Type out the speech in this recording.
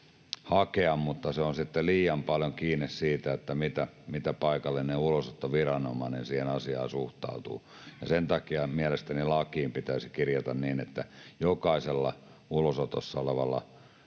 hakea, mutta se on sitten liian paljon kiinni siitä, miten paikallinen ulosottoviranomainen siihen asiaan suhtautuu. Sen takia mielestäni lakiin pitäisi kirjata niin, että jokaisella ulosotossa olevalla